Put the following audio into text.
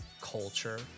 culture